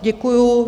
Děkuju.